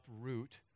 uproot